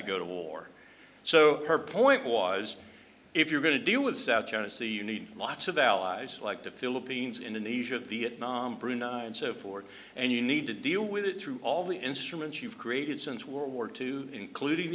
to go to war so her point was if you're going to deal with south china sea you need lots of allies like the philippines indonesia vietnam brunei and so forth and you need to deal with it through all the instruments you've created since world war two including